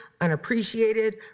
unappreciated